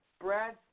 Brad